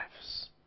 lives